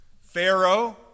Pharaoh